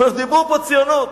דיברו פה ציונות,